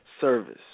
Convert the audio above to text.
service